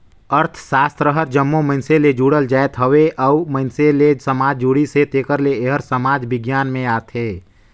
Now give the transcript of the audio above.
अर्थसास्त्र हर जम्मो मइनसे ले जुड़ल जाएत हवे अउ मइनसे ले समाज जुड़िस हे तेकर ले एहर समाज बिग्यान में आथे